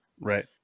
Right